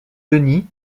denis